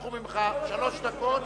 לקחו ממך שלוש דקות,